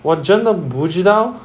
我真的不知道